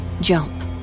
jump